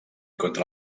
contra